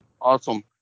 Awesome